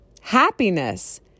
happiness